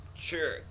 sure